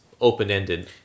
open-ended